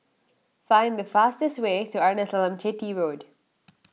find the fastest way to Arnasalam Chetty Road